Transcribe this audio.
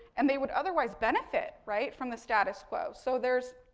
and they would otherwise benefit, right, from the status quo. so, there's,